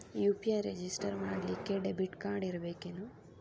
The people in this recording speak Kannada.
ಯು.ಪಿ.ಐ ರೆಜಿಸ್ಟರ್ ಮಾಡ್ಲಿಕ್ಕೆ ದೆಬಿಟ್ ಕಾರ್ಡ್ ಇರ್ಬೇಕೇನು?